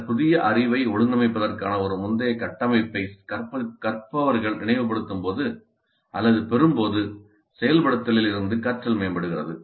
இந்த புதிய அறிவை ஒழுங்கமைப்பதற்கான ஒரு முந்தைய கட்டமைப்பை கற்பவர்கள் நினைவுபடுத்தும்போது அல்லது பெறும்போது செயல்படுத்தலில் இருந்து கற்றல் மேம்படுகிறது